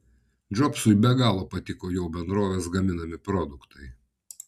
džobsui be galo patiko jo bendrovės gaminami produktai